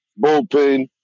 bullpen